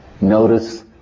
Notice